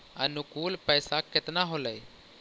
अनुकुल पैसा केतना होलय